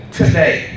today